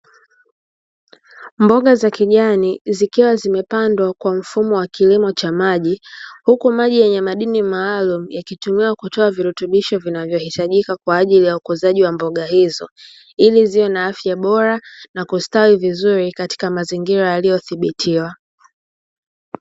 Mboga za kijani zikiwa zimepandwa kwa mfumo wa kilimo cha maji, huku maji yenye madini maalum yakitumiwa kutoa virutubisho vinavyohitajika kwa ajili ya ukuzaji wa mboga hizo ili ziwe na afya bora na kustawi vizuri katika mazingira yaliyothibitiwa.